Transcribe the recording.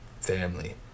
Family